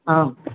आम्